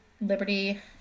Liberty